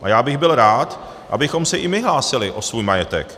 A já bych byl rád, abychom se i my hlásili o svůj majetek.